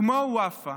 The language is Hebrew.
כמו וופא,